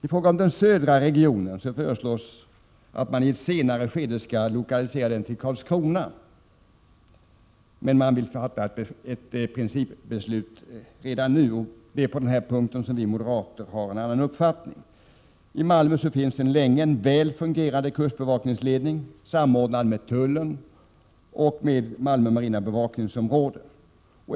I fråga om den södra regionen föreslås en lokalisering i ett senare skede till Karlskrona och att ett principbeslut fattas redan nu. På denna punkt har vi moderater en annan uppfattning. I Malmö finns sedan länge en väl fungerande kustbevakningsledning, samordnad med tullen och med Malmö marina bevakningsområde.